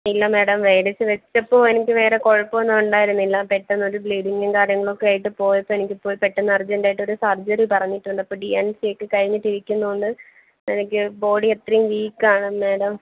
ഇല്ല മാഡം മേടിച്ചു വച്ചപ്പോൾ എനിക്ക് വേറെ കുഴപ്പമൊന്നും ഉണ്ടായിരുന്നില്ല പെട്ടെന്നൊരു ബ്ലീഡിങ്ങും കാര്യങ്ങളൊക്കെയായിട്ട് പോയപ്പോൾ എനിക്ക് ഇപ്പോൾ പെട്ടെന്ന് അർജൻ്റായിട്ട് ഒരു സർജറി പറഞ്ഞിട്ടുണ്ട് അപ്പോൾ ഡി ആൻ്റ് സി ഒക്കെ കഴിഞ്ഞിട്ടിരിക്കുന്നതുകൊണ്ട് എനിക്ക് ബോഡിയത്രയും വീക്കാണ് മാഡം